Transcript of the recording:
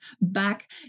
back